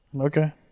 Okay